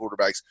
quarterbacks